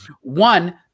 one